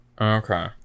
Okay